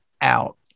out